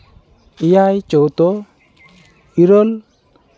ᱮᱭᱟᱭ ᱪᱳᱭᱛᱚ ᱤᱨᱟᱹᱞ